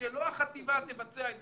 שלא החטיבה תבצע את